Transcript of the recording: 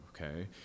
okay